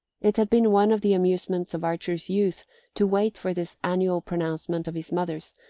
it had been one of the amusements of archer's youth to wait for this annual pronouncement of his mother's,